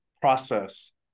process